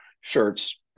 shirts